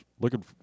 looking